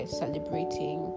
celebrating